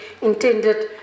intended